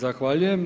Zahvaljujem.